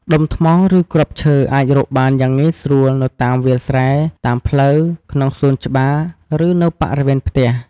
ដុំថ្ម ឬគ្រាប់ឈើអាចរកបានយ៉ាងងាយស្រួលនៅតាមវាលស្រែ តាមផ្លូវ ក្នុងសួនច្បារ ឬនៅបរិវេណផ្ទះ។